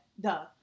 Duh